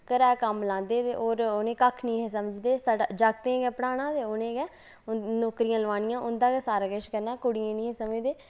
घरै दे कम्म लांदे हे ते होर उ'नें ई कक्ख नेईं ही समझदे छड़ा जागतें ई गै पढ़ाना ते उ'नें ई गै नौकरियां लोआनियां उं'दा गै सारा किश करना कुड़ियें ई निं हे समझदे